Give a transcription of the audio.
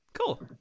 cool